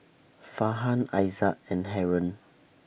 Farhan Aizat and Haron